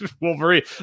Wolverine